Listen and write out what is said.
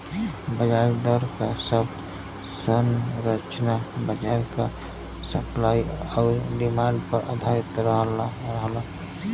ब्याज दर क शब्द संरचना बाजार क सप्लाई आउर डिमांड पर आधारित रहला